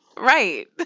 Right